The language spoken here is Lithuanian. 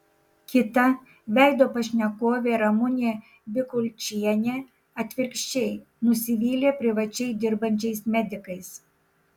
kita veido pašnekovė ramunė bikulčienė atvirkščiai nusivylė privačiai dirbančiais medikais